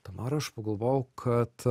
tamara aš pagalvojau kad